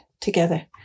together